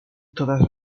todas